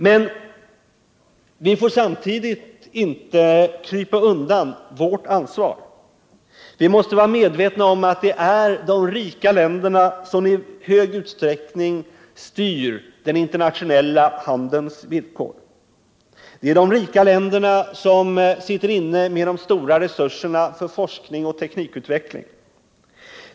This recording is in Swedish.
Men vi får samtidigt inte krypa undan vårt ansvar. Vi måste vara medvetna om att det är de rika länderna som i stor utsträckning styr den internationella handelns villkor. Det är de rika länderna som sitter inne med de stora resurserna för forskning och teknisk utveckling.